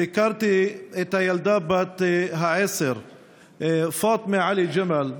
ביקרתי את הילדה בת העשר פאטמה עלי ג'מאל,